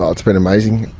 ah it's been amazing,